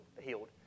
Healed